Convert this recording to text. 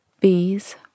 Bees